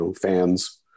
fans